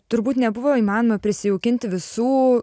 turbūt nebuvo įmanoma prisijaukinti visų